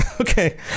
Okay